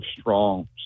strong